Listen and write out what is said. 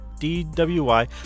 DWI